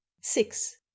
six